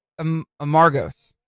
Amargos